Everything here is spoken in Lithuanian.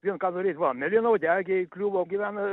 vien ką norėt va mėlynauodegė įkliuvo gyvena